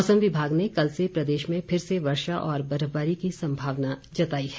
मौसम विभाग ने कल से प्रदेश में फिर से वर्षा और बर्फबारी की संभावना जताई है